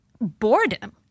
boredom